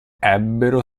ebbero